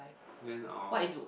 then orh